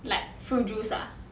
like fruit juice ah